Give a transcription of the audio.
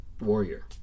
Warrior